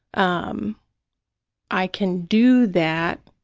um i can do that